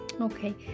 okay